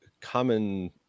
Common